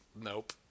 Nope